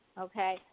Okay